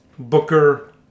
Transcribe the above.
Booker